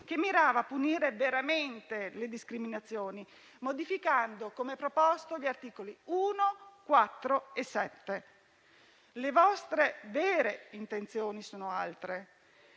che mirava a punire veramente le discriminazioni, modificando, come proposto, gli articoli 1, 4 e 7. Le vostre vere intenzioni sono altre.